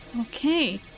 Okay